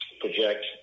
project